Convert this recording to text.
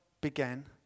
began